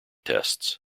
tests